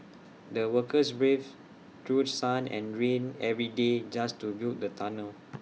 the workers braved through sun and rain every day just to build the tunnel